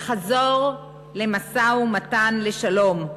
לחזור למשא-ומתן לשלום,